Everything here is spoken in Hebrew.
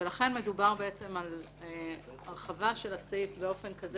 מדובר בהרחבה של הסעיף באופן כזה